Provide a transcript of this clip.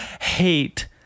hate